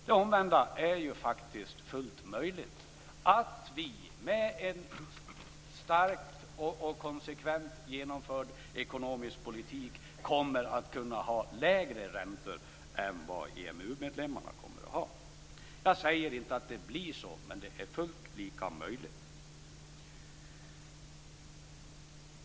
Det omvända är ju faktiskt fullt möjligt, nämligen att vi med en stark och konsekvent genomförd ekonomisk politik kommer att kunna ha lägre räntor än vad EMU-medlemmarna kommer att ha. Jag säger inte att det blir så, men det är fullt möjligt.